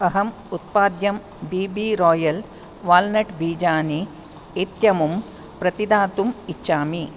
अहम् उत्पाद्यं B B royal walnut बीजानि इत्यमुं प्रतिदातुम् इच्छामि